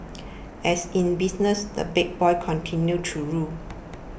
as in business the big boys continue to rule